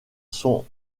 sont